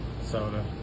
Soda